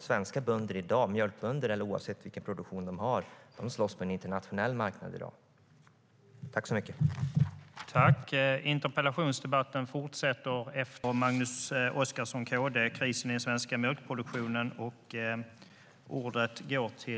Svenska bönder - mjölkbönder och andra, oavsett vilken produktion de har - slåss i dag på en internationell marknad.